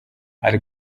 ari